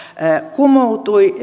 kumoutuivat